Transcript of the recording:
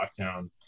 lockdown